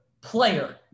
player